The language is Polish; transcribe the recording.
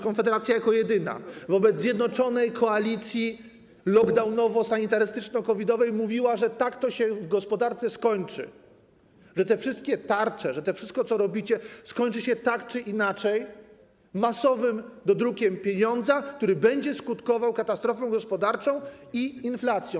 Konfederacja jako jedyna wobec zjednoczonej koalicji lockdownowo-sanitarystyczno-COVID-owej mówiła, że tak to się w gospodarce skończy, że te wszystkie tarcze, że to wszystko, co robicie, skończy się tak czy inaczej masowym dodrukiem pieniądza, który będzie skutkował katastrofą gospodarczą i inflacją.